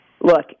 Look